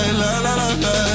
la-la-la-la